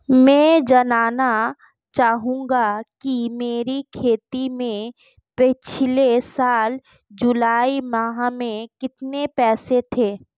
मैं जानना चाहूंगा कि मेरे खाते में पिछले साल जुलाई माह में कितने पैसे थे?